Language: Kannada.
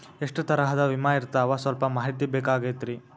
ಎಷ್ಟ ತರಹದ ವಿಮಾ ಇರ್ತಾವ ಸಲ್ಪ ಮಾಹಿತಿ ಬೇಕಾಗಿತ್ರಿ